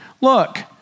Look